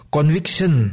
Conviction